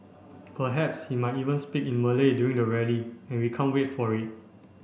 perhaps he might even speak in Malay during the rally and we can't wait for it